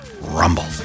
rumble